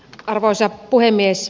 arvoisa puhemies